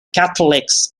catholics